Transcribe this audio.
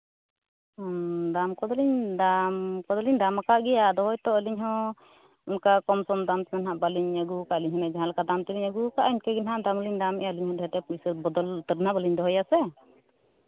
ᱦᱮᱸ ᱫᱟᱢ ᱠᱚᱫᱚᱞᱤᱧ ᱫᱟᱢ ᱟᱠᱟᱫ ᱜᱮᱭᱟ ᱟᱫᱚ ᱦᱚᱭᱛᱳ ᱟᱹᱞᱤᱧ ᱦᱚᱸ ᱚᱱᱠᱟ ᱠᱚᱢ ᱥᱚᱢ ᱫᱟᱢ ᱠᱚ ᱦᱟᱸᱜ ᱵᱟᱹᱞᱤᱧ ᱟᱹᱜᱩ ᱠᱟᱜ ᱞᱤᱧ ᱡᱟᱦᱟᱸ ᱞᱮᱠᱟ ᱫᱟᱢ ᱛᱮᱞᱤᱧ ᱟᱹᱜᱩ ᱠᱟᱜᱼᱟ ᱤᱱᱠᱟᱹᱜᱮ ᱦᱟᱸᱜ ᱫᱟᱢ ᱞᱤᱧ ᱫᱟᱢᱮᱫᱼᱟ ᱰᱷᱮᱨ ᱰᱷᱮᱨ ᱯᱩᱭᱥᱟᱹ ᱵᱚᱫᱚᱞ ᱠᱚᱫᱚ ᱦᱟᱸᱜ ᱵᱟᱹᱞᱤᱧ ᱫᱚᱦᱚᱭᱟ ᱥᱮ